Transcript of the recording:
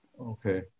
Okay